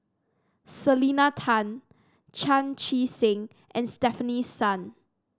Selena Tan Chan Chee Seng and Stefanie Sun